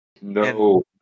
No